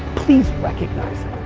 please recognize